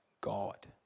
God